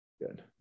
good